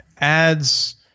ads